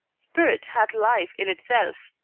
spirit hath life in itself.